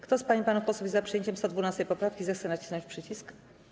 Kto z pań i panów posłów jest za przyjęciem 112. poprawki, zechce nacisnąć przycisk.